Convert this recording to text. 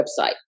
website